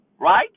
right